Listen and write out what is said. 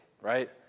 right